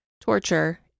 torture